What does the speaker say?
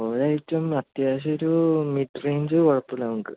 ഓരോ ഐറ്റം അത്യാവശ്യം ഒരു മിഡ് റേഞ്ച് കുഴപ്പമില്ല നമുക്ക്